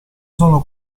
sono